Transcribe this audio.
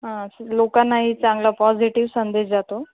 हां असं लोकांनाही चांगला पॉझिटिव संदेश जातो